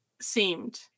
seemed